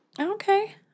Okay